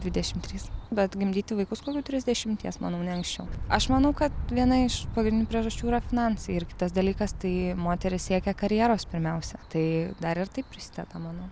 dvidešim trys bet gimdyti vaikus kokių trisdešimties manau ne anksčiau aš manau kad viena iš pagrindinių priežasčių yra finansai ir kitas dalykas tai moterys siekia karjeros pirmiausia tai dar ir tai prisideda manau